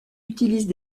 utilisent